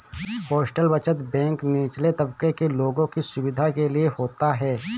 postal बचत bank निचले तबके के लोगों की सुविधा के लिए होता है